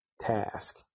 task